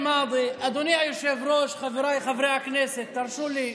אדוני היושב-ראש, חבריי חברי הכנסת, תרשו לי.